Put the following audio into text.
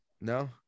No